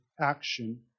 action